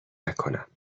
نکنم